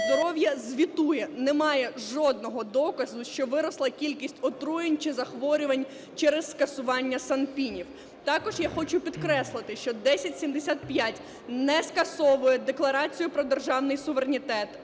здоров'я звітує: немає жодного доказу, що виросла кількість отруєнь чи захворювань через скасування СанПіНів. Також я хочу підкреслити, що 1075 не скасовує Декларацію про державний суверенітет,